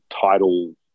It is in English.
title